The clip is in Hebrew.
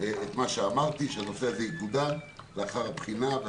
את מה שאמרתי, שהנושא הזה יקודם לאחר בחינה.